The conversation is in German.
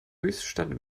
höchstadt